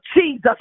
Jesus